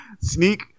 sneak